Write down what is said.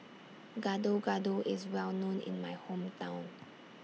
Gado Gado IS Well known in My Hometown